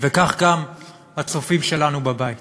וכך גם הצופים שלנו בבית.